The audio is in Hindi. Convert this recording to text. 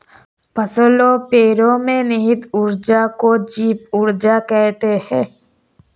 फसलों पेड़ो में निहित ऊर्जा को जैव ऊर्जा कहते हैं